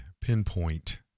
pinpoint